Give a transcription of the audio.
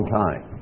time